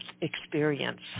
experience